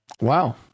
Wow